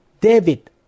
David